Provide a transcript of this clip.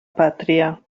pàtria